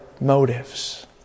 motives